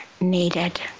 needed